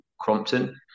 Crompton